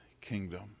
kingdom